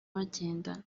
bagendana